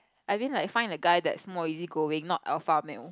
I mean like find a guy that's more easy going not alpha male